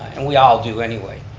and we all do anyway,